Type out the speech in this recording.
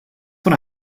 what